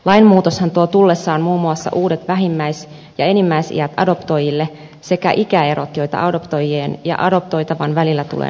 lainmuutoshan tuo tullessaan muun muassa uudet vähimmäis ja enimmäisiät adoptoijille sekä ikäerot joita adoptoijien ja adoptoitavan välillä tulee noudattaa